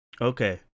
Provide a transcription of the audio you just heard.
Okay